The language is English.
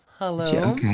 Hello